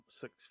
six